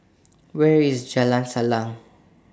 Where IS Jalan Salang